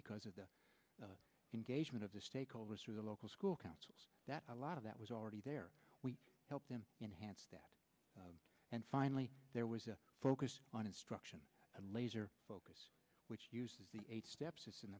because of the engagement of the stakeholders through the local school councils that a lot of that was already there we helped them enhanced that and finally there was a focus on instruction and laser focus which is the eight steps in